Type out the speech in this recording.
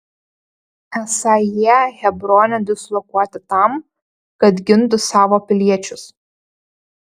esą jie hebrone dislokuoti tam kad gintų savo piliečius